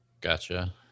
Gotcha